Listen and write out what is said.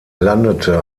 landete